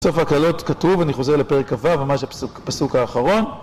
בסוף הכללות כתוב, אני חוזר לפרק כ״ו, ממש לפסוק האחרון